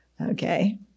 Okay